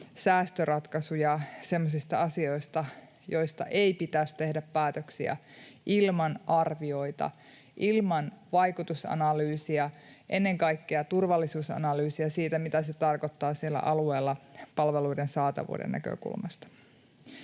säästöratkaisuja semmoisista asioista, joista ei pitäisi tehdä päätöksiä ilman arvioita, ilman vaikutusanalyysia, ennen kaikkea turvallisuusanalyysiä siitä, mitä se tarkoittaa siellä alueella palveluiden saatavuuden näkökulmasta.